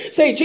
Say